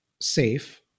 safe